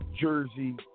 Jersey